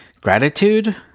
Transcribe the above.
Gratitude